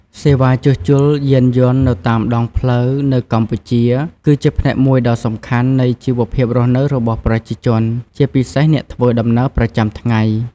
សេវាជួសជុលយានយន្តនៅតាមដងផ្លូវនៅកម្ពុជាគឺជាផ្នែកមួយដ៏សំខាន់នៃជីវភាពរស់នៅរបស់ប្រជាជន ជាពិសេសអ្នកធ្វើដំណើរប្រចាំថ្ងៃ។